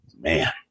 Man